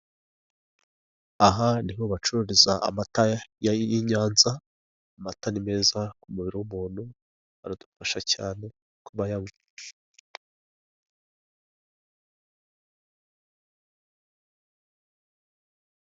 Aha ni ho bacururiza amata y' i Nyanza, amata ni meza ku mubiri w'umuntu aradufasha cyane kubaya